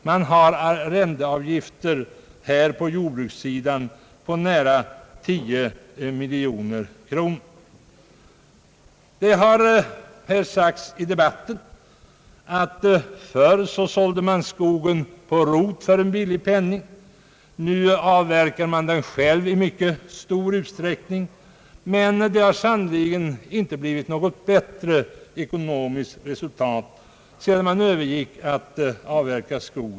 Man har på jordbrukssidan här arrendeavgifter på nära 10 miljoner kronor. Det har sagts i debatten att förr sålde man skogen på rot för en billig penning, men nu avverkar man den själv i mycket stor utsträckning. Detta har dock sannerligen inte gett något bättre ekonomiskt resultat.